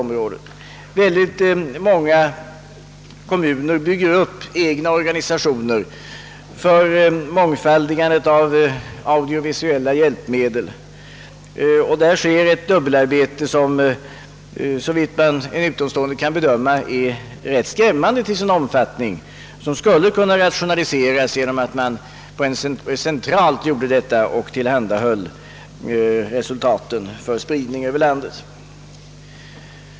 Många kommuner bygger upp egna organisationer för mångfaldigande av audiovisuella hjälpmedel, och det sker ett dubbelarbete av en såvitt en utomstående kan bedöma rätt skrämmande omfattning. Arbetet skulle ratio naliseras genom att man utförde det centralt och tillhandahöll resultatet för spridning över landet.